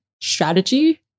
strategy